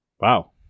Wow